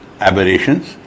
aberrations